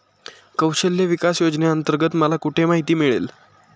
कौशल्य विकास योजनेअंतर्गत मला कुठे माहिती मिळेल?